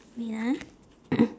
wait ah